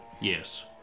Yes